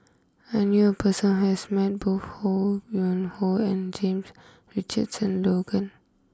I knew a person who has met both Ho Yuen Hoe and James Richardson Logan